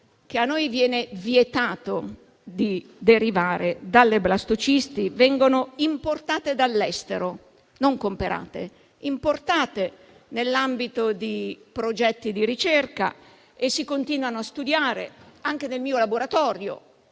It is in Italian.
che a noi viene vietato di derivare dalle blastocisti, vengono importate dall'estero (non comperate, importate nell'ambito di progetti di ricerca) e poi si continuano a studiare, anche nel mio laboratorio.